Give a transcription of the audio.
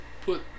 put